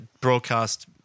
broadcast